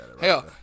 Hell